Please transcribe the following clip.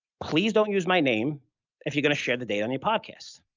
please don't use my name if you're going to share the data on your podcast.